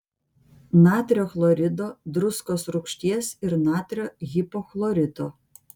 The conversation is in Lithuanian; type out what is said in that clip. natrio chlorido druskos rūgšties ir natrio hipochlorito